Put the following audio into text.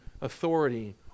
authority